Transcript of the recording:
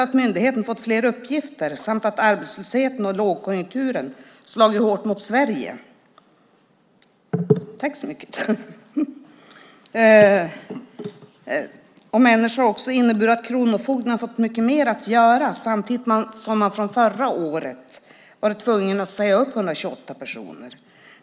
Att myndigheten fått fler uppgifter samt att arbetslösheten och lågkonjunkturen slagit hårt mot Sverige och människor innebär att kronofogden har fått mycket mer att göra samtidigt som man sedan förra året varit tvungen att säga upp 128 personer.